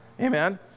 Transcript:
Amen